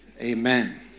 Amen